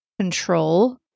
control